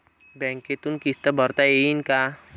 बँकेतून किस्त भरता येईन का?